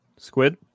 Squid